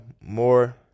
more